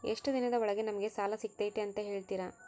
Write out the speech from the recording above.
ಎಷ್ಟು ದಿನದ ಒಳಗೆ ನಮಗೆ ಸಾಲ ಸಿಗ್ತೈತೆ ಅಂತ ಹೇಳ್ತೇರಾ?